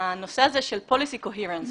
הנושא הזה של policy coherence,